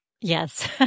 Yes